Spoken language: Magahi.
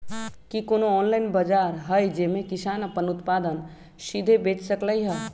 कि कोनो ऑनलाइन बाजार हइ जे में किसान अपन उत्पादन सीधे बेच सकलई ह?